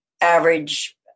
average